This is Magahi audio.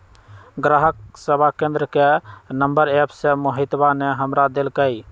ग्राहक सेवा केंद्र के नंबर एप्प से मोहितवा ने हमरा देल कई